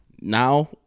now